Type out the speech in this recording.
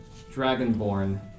dragonborn